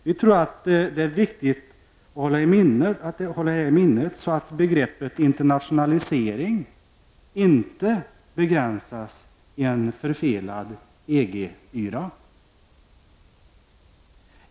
Vi tror att detta är viktigt att hålla i minnet så att begreppet internationalisering inte begränsas i en förfelad EG-yra.